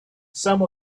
some